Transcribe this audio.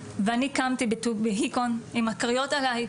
ואני קמתי בהיכון עם הכריות עליי,